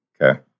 Okay